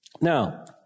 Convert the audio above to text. Now